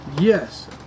Yes